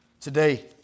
Today